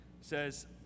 says